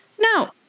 No